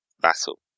battle